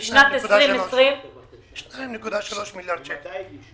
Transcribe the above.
ובשנת 2020 -- 2.3 מיליארד שקלים.